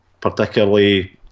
particularly